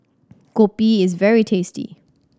kopi is very tasty